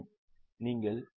நீங்கள் என்னைப் பெறுகிறீர்களா